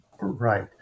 Right